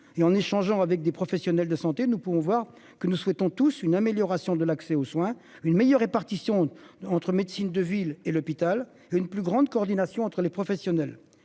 et en échangeant avec des professionnels de santé, nous pouvons voir que nous souhaitons tous une amélioration de l'accès aux soins, une meilleure répartition entre médecine de ville et l'hôpital, une plus grande coordination entre les professionnels,